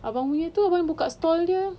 abangnya tu abang buka stall dia